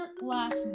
last